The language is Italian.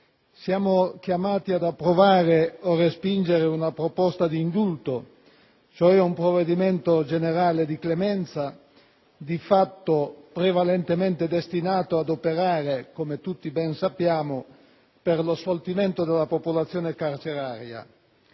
siamo chiamati ad approvare o respingere una proposta di indulto, cioè un provvedimento generale di clemenza, di fatto prevalentemente destinato ad operare, come tutti ben sappiamo, per lo sfoltimento della popolazione carceraria.